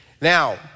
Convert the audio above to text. Now